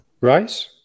Rice